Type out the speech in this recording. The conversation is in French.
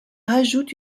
rajoute